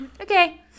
Okay